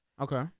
Okay